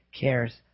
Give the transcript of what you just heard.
cares